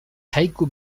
kaiku